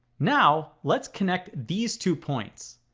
now let's connect these two points,